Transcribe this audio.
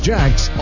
Jacks